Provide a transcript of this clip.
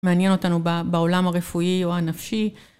מעניין אותנו בעולם הרפואי או הנפשי.